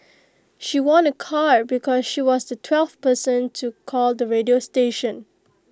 she won A car because she was the twelfth person to call the radio station